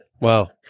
Wow